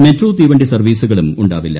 metro തീവണ്ടി സർവീസുകളും ഉണ്ടാവില്ല